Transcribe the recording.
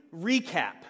recap